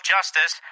Justice